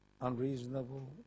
unreasonable